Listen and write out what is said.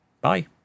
bye